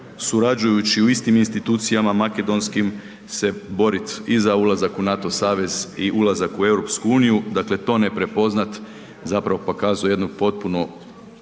surađujući u istim institucijama makedonskim se boriti i za ulazak u NATO savez i ulazak u EU. Dakle to ne prepoznati zapravo pokazuje jednu potpunu,